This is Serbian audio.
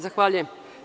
Zahvaljujem.